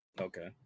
Okay